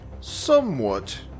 somewhat